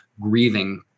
grieving